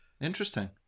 Interesting